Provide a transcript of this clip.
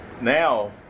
Now